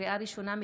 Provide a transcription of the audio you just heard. לקריאה ראשונה,